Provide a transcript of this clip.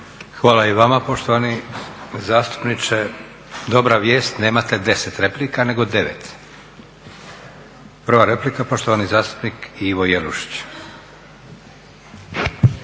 Hvala i vama poštovani zastupniče. Dobra vijest nemate 10 replika nego 9. Prva replika poštovani zastupnik Ivo Jelušić.